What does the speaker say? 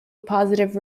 positive